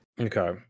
okay